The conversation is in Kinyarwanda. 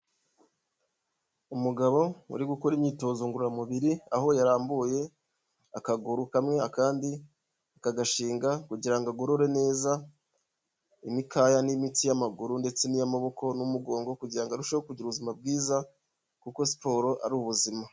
Umugabo uri gukora imyitozo ngororamubiri, aho yarambuye akaguru kamwe, akandi akagashinga kugira ngo agorore neza imikaya n'imitsi y'amaguru ndetse n'iy'amaboko n'umugongo kugira ngo arusheho kugira ubuzima bwiza kuko siporo ari ubuzima.